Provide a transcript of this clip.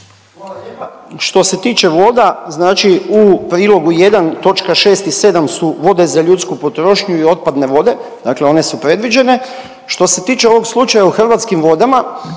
Što se tiče voda, znači u prilogu 1, točka 6 i 7 su voda za ljudsku potrošnju i otpadne vode, dakle one su predviđene, što se tiče ovog slučaja u Hrvatskim vodama,